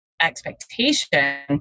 expectation